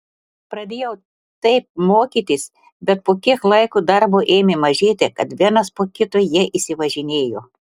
pradėjau taip mokytis bet po kiek laiko darbo ėmė mažėti tad vienas po kito jie išsivažinėjo